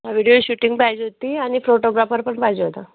video shooting पाहिजे होती आणि फोटोग्राफर पण पाहिजे होता